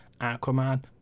Aquaman